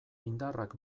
indarrak